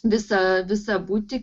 visą visą būtį